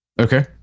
Okay